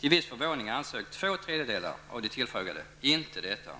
Till viss förvåning ansåg två tredjedelar av de tillfrågade inte detta.